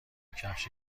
کفش